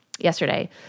yesterday